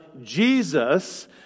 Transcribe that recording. Jesus